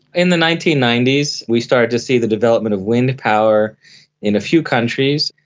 in the nineteen ninety s we started to see the development of wind power in a few countries,